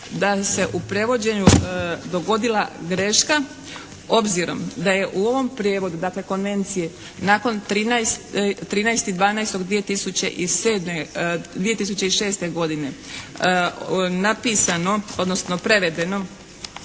da se u prevođenju dogodila greška obzirom da je u ovom prijevodu dakle Konvencije nakon 13.12.2007., 2006. godine napisano